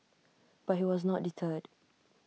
but he was not deterred